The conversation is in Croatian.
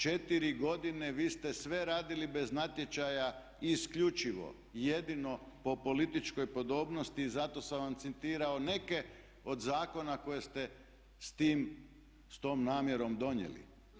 Četiri godine vi ste sve radili bez natječaja i isključivo i jedino po političkoj podobnosti i zato sam vam citirao neke od zakona koje ste s tom namjerom donijeli.